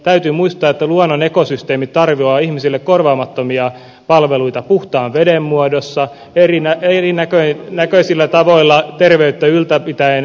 täytyy muistaa että luonnon ekosysteemi tarjoaa ihmisille korvaamattomia palveluita puhtaan veden muodossa erinäköisillä tavoilla terveyttä yllä pitäen